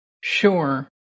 sure